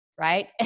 right